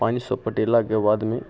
पानिसँ पटेलाके बादमे